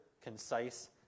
concise